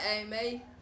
Amy